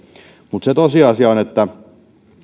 mutta se tosiasia on